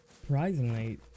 Surprisingly